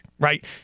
right